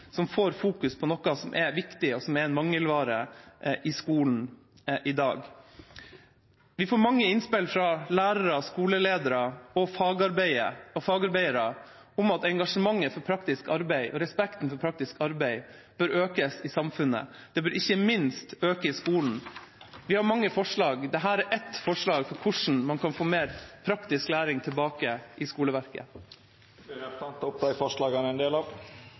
Vi får mange innspill fra lærere, skoleledere og fagarbeidere om at engasjementet og respekten for praktisk arbeid bør øke i samfunnet. Det bør ikke minst øke i skolen. Vi har mange forslag. Dette er ett forslag til hvordan man kan få mer praktisk læring tilbake i skoleverket. Vil representanten ta opp forslaget frå Arbeidarpartiet? Ja, det vil jeg gjerne gjøre. Representanten Martin Henriksen har teke opp det forslaget han refererte til. Det er stor enighet om at de praktiske og estetiske fagene er